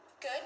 Good